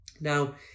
Now